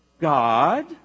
God